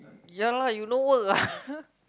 ya lah you no work ah